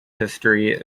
history